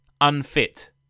Unfit